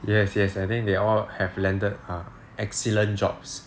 yes yes I think they all have landed err excellent jobs